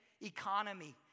economy